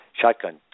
Shotgun